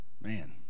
man